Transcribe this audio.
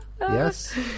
Yes